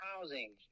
housing